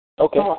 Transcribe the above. Okay